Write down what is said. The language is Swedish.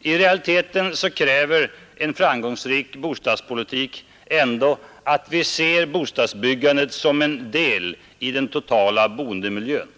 I realiteten kräver en framgångsrik bostadspolitik ändå att vi ser bostadsbyggandet som en del i den totala boendemiljön.